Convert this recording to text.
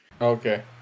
Okay